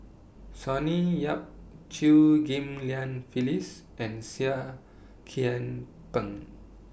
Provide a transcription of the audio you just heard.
Sonny Yap Chew Ghim Lian Phyllis and Seah Kian Peng